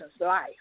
life